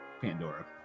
pandora